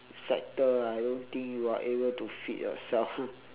sector I don't think you are able to feed yourself